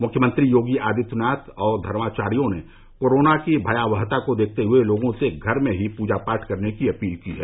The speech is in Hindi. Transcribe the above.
मुख्यमंत्री योगी आदित्यनाथ और धर्माचार्यो ने कोरोना की भयावहता को देखते हुए लोगों से घर में ही पूजा पाठ करने की अपील की है